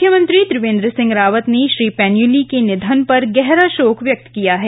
मुख्यमंत्री त्रिवेंद्र सिंह रावत ने श्री पैन्युली के निधन पर गहरा शोक व्यक्त किया है